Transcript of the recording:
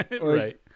Right